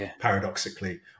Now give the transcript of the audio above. paradoxically